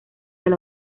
del